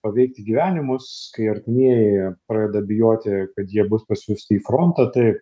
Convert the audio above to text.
paveikti gyvenimus kai artimieji pradeda bijoti kad jie bus pasiųsti į frontą tai